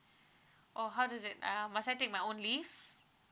oh how does it uh must I take my own leave